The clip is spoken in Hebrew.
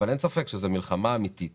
אין ספק שיש מלחמה אמיתית